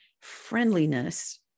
friendliness